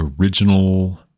original